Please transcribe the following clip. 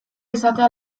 izatea